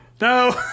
No